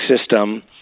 system